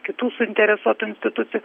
kitų suinteresuotų institucijų